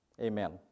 amen